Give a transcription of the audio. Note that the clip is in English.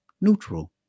neutral